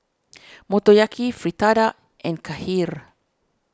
Motoyaki Fritada and Kheer